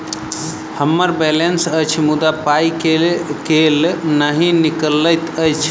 हम्मर बैलेंस अछि मुदा पाई केल नहि निकलैत अछि?